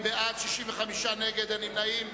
40 בעד, 65 נגד, אין נמנעים.